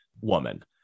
woman